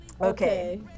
okay